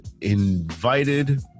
invited